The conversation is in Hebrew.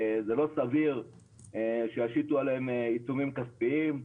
זה לא סביר שישיתו עליהם עיצומים כספיים,